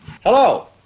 Hello